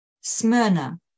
Smyrna